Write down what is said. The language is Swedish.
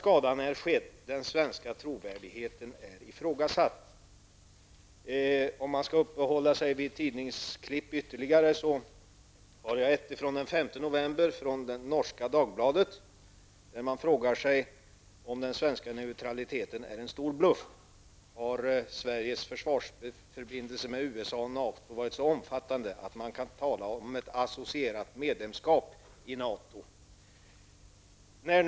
Skadan är alltså skedd -- den svenska trovärdigheten har ifrågasatts. Jag har här ett klipp från den norska tidningen Dagbladet den 5 november, där man frågar sig om den svenska neutraliteten är en stor bluff. Har varit så omfattande att man kan tala om ett associerat medlemskap i NATO? frågar tidningen.